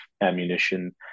ammunition